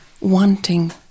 wanting